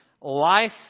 life